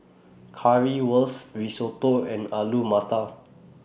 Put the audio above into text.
Currywurst Risotto and Alu Matar